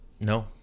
No